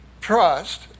Trust